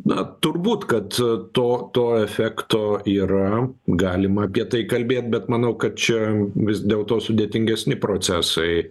na turbūt kad to to efekto yra galima apie tai kalbėt bet manau kad čia vis dėl to sudėtingesni procesai